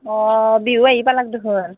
অঁ বিহু আহি পালাক দেখোন